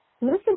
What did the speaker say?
listen